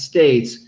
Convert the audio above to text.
States